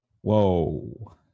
Whoa